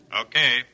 Okay